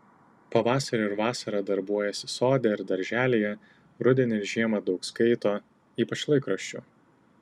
pavasarį ir vasarą darbuojasi sode ir darželyje rudenį ir žiemą daug skaito ypač laikraščių